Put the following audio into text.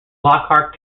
lockhart